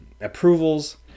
approvals